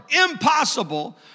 impossible